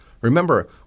Remember